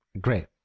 great